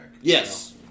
Yes